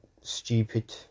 stupid